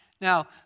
Now